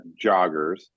joggers